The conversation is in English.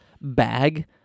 bag